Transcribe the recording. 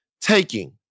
taking